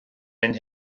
mynd